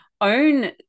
own